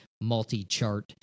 multi-chart